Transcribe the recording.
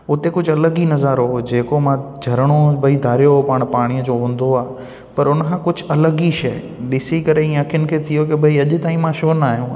उते कुझु अलॻि ई नज़ारो हो जेको मां झरिणो हो भाई धारियो हो पाणीअ जो हूंदो आहे पर उन खां कुझु अलॻि ई शइ ॾिसी करे ई इअं अखियुनि खे थियो की भाई मां अॼु ताईं मां छो न आयो आहियां